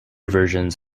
versions